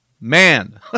man